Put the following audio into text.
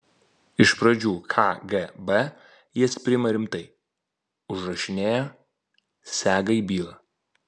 iš pradžių kgb jas priima rimtai užrašinėja sega į bylą